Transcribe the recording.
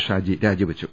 ഷാജി രാജിവെച്ചു